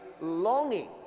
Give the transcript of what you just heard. longing